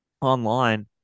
online